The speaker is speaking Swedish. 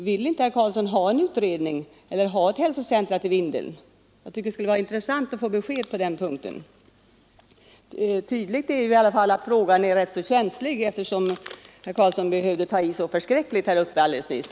Vill inte herr Karlsson ha en utredning, vill herr Karlsson inte ha ifrågavarande centrum i Vindeln? Jag tycker det skulle vara intressant att få ett besked på den punkten. Tydligen är saken rätt känslig eftersom herr Karlsson behövde ta i så förskräckligt här uppe alldeles nyss.